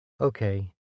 Okay